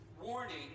warning